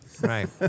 Right